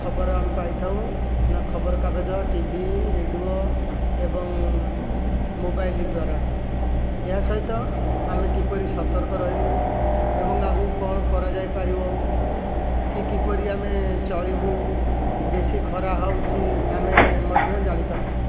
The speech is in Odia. ଖବର ଆମେ ପାଇଥାଉଁ ନା ଖବରକାଗଜ ଟିଭି ରେଡ଼ିଓ ଏବଂ ମୋବାଇଲ ଦ୍ୱାରା ଏହା ସହିତ ଆମେ କିପରି ସତର୍କ ରହିମୁଁ ଏବଂ ଆଗକୁ କଣ କରାଯାଇପାରିବ କି କିପରି ଆମେ ଚଳିବୁ ବେଶି ଖରା ହେଉଛି ଆମେ ମଧ୍ୟ ଜାଣିପାରୁଛୁଁ